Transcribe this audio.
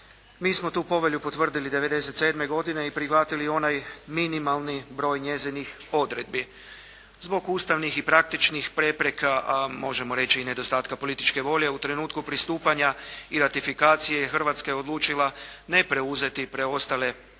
Mi smo tu povelju potvrdili '97. godine i prihvatili onaj minimalni broj njezinih odredbi. Zbog ustavnih i praktičnih prepreka, a možemo reći i nedostatka političke volje u trenutku pristupanja i ratifikacije Hrvatska je odlučila ne preuzeti preostale odredbe